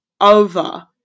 over